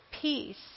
peace